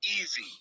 Easy